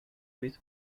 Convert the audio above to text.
with